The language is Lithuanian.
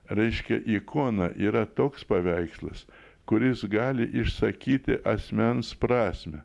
reiškia ikona yra toks paveikslas kuris gali išsakyti asmens prasmę